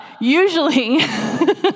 usually